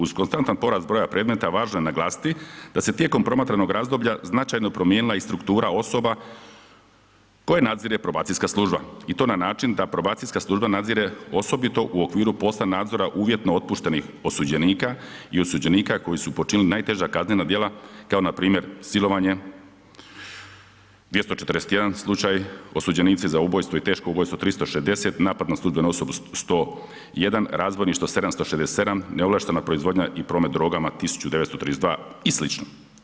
Uz konstantan porast broja predmeta, važno je naglasiti da se tijekom promatranog razdoblja značajno promijenila i struktura osoba koje nadzire probacijska služba i to na način da probacijska služba nadzire osobito u okviru poslije nadzora uvjetno otpuštenih osuđenika i osuđenika koji su počinili najteža kaznena djela kao npr. silovanje, 241 slučaj, osuđenici za ubojstvo i teško ubojstvo 360, napad na službenu osobu 101, razbojništvo 767, neovlaštena proizvodna i promet drogama 1932 i sl.